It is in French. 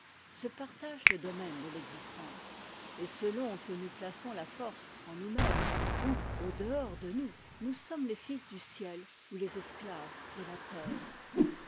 se partagent le domaine de l'existence et selon que nous plaçons la force en nousmêmes ou au dehors de nous nous sommes les fils du ciel ou les esclaves de la terre